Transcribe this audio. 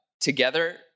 together